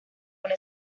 una